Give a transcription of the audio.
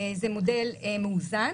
זה מודל מאוזן.